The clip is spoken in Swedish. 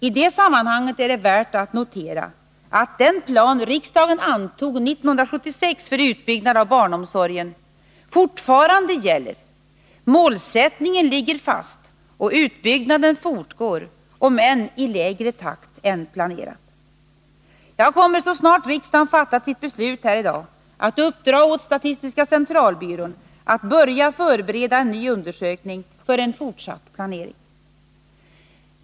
I det sammanhanget är det värt att notera att den plan riksdagen antog 1976 för utbyggnad av barnomsorgen fortfarande gäller. Målsättningen ligger fast, och utbyggnaden fortgår, om än i lägre takt än planerat. Jag kommer, så snart riksdagen fattat sitt beslut här i dag, att uppdra åt statistiska centralbyrån att börja förbereda en ny undersökning för en fortsatt planering.